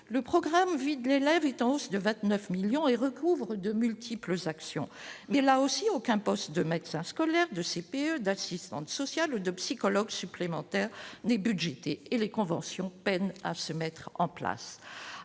le programme vide, l'élève est en hausse de 29 millions et recouvre de multiples actions mais là aussi, aucun poste de médecin scolaire de CPE, d'assistantes sociales, de psychologues supplémentaires n'est budgétée et les conventions peinent à se mettre en place